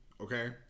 okay